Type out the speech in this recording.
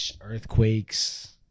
earthquakes